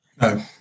No